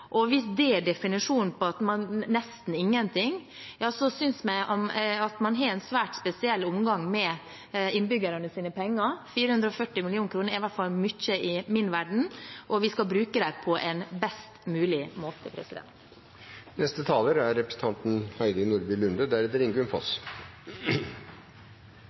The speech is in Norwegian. Hvis det er definisjonen på nesten ingenting, synes jeg at han har en svært spesiell omgang med innbyggernes penger. 440 mill. kr er i hvert fall mye i min verden, og vi skal bruke dem på en best mulig måte. For rundt halvannen uke siden kunne vi høre representanten